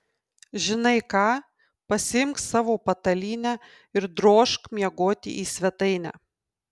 žinai ką pasiimk savo patalynę ir drožk miegoti į svetainę